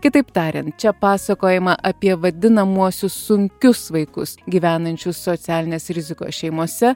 kitaip tariant čia pasakojama apie vadinamuosius sunkius vaikus gyvenančius socialinės rizikos šeimose